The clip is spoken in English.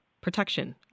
protection